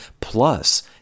Plus